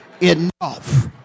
enough